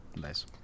nice